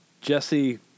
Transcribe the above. Jesse